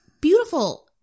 beautiful